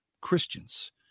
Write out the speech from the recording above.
Christians